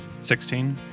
16